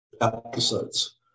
episodes